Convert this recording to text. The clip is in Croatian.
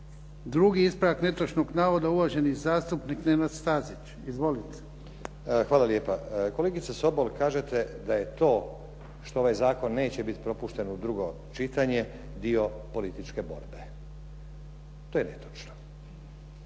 drugi ispravak netočnog navoda, uvaženi zastupnik Nenad Stazić. Izvolite. **Stazić, Nenad (SDP)** Hvala lijepa. Kolegice Sobol, kažete da je to što ovaj zakon neće biti propušten u drugo čitanje dio političke borbe. To je netočno.